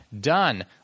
done